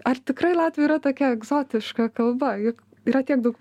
ar tikrai latvių yra tokia egzotiška kalba juk yra tiek daug